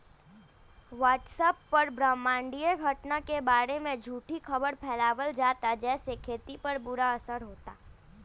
WhatsApp पर ब्रह्माण्डीय घटना के बारे में झूठी खबर फैलावल जाता जेसे खेती पर बुरा असर होता